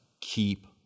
keep